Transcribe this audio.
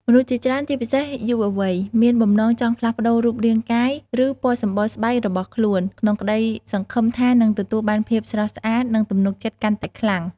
មនុស្សជាច្រើន ជាពិសេសយុវវ័យ មានបំណងចង់ផ្លាស់ប្តូររូបរាងកាយ ឬពណ៌សម្បុរស្បែករបស់ខ្លួន ក្នុងក្តីសង្ឃឹមថានឹងទទួលបានភាពស្រស់ស្អាត និងទំនុកចិត្តកាន់តែខ្លាំង។